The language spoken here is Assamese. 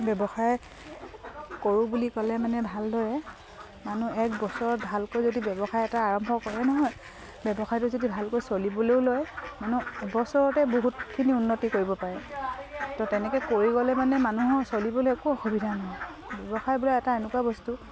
ব্যৱসায় কৰোঁ বুলি ক'লে মানে ভালদৰে মানুহ এক বছৰত ভালকৈ যদি ব্যৱসায় এটা আৰম্ভ কৰে নহয় ব্যৱসায়টো যদি ভালকৈ চলিবলৈও লয় মানে এবছৰতে বহুতখিনি উন্নতি কৰিব পাৰে তো তেনেকে কৰি গ'লে মানে মানুহৰ চলিবলৈ একো অসুবিধা নহয় ব্যৱসায় বোলে এটা এনেকুৱা বস্তু